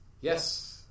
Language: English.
Yes